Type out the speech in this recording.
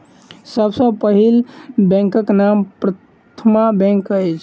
सभ सॅ पहिल बैंकक नाम प्रथमा बैंक अछि